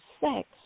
sex